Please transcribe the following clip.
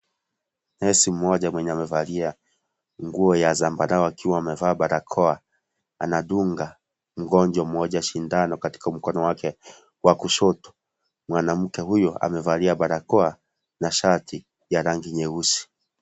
Nesi mmoja mweye amevalia nguo ya zambarau akiwa amevaa barakoa, anadunga mgonjwa mmoja sindano katika mkono wake wa kushoto. Mwanamke huyu amevalia barakoa na shati la rangi nyeusi.